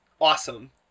awesome